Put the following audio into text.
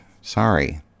Sorry